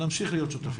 ונמשיך להיות שותפים.